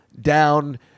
down